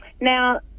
now